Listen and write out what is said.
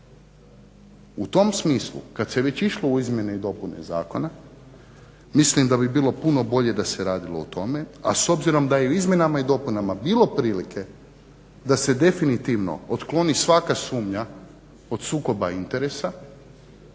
U tom smislu kada se već išlo u izmjene i dopune zakona, mislim da bi bilo puno bolje da se radilo o tome, a s obzirom da je u izmjenama i dopunama bilo prilike da se definitivno otkloni svaka sumnja od sukoba interesa,